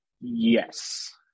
yes